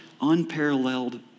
unparalleled